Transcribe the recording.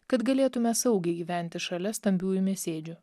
kad galėtume saugiai gyventi šalia stambiųjų mėsėdžių